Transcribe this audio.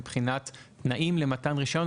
מבחינת תנאים למתן רישיון,